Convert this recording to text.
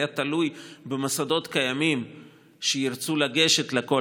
זה תלוי במוסדות קיימים שירצו לגשת לקול